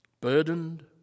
burdened